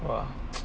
!wah!